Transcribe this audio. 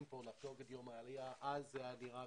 כאן לחגוג את יום העלייה אבל אז זה היה נראה